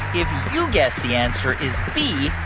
if you guessed the answer is b,